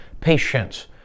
patience